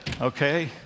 okay